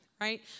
right